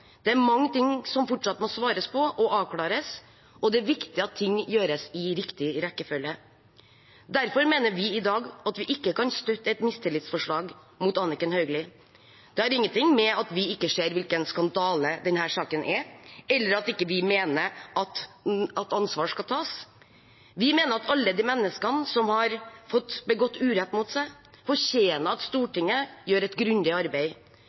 Det er mange ting som fortsatt må svares på og avklares, og det er viktig at ting gjøres i riktig rekkefølge. Derfor mener vi i dag at vi ikke kan støtte et mistillitsforslag mot Anniken Hauglie. Det har ingenting å gjøre med at vi ikke ser hvilken skandale denne saken er, eller at vi ikke mener at ansvar skal tas. Vi mener at alle de menneskene som har fått begått urett mot seg, fortjener at Stortinget gjør et grundig arbeid.